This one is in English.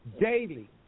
Daily